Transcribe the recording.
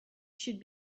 should